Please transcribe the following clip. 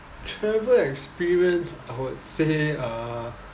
travel experience I would say uh